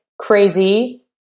crazy